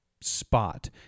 spot